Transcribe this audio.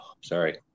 Sorry